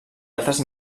altres